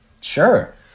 Sure